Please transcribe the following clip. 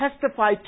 testify